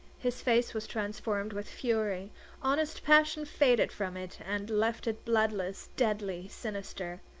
his face was transformed with fury honest passion faded from it and left it bloodless, deadly, sinister.